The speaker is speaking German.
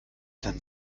denn